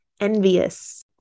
envious